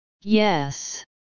yes